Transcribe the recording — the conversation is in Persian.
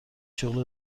شغل